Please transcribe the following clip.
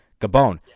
Gabon